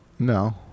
No